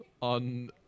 on